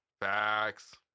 Facts